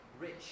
rich